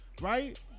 Right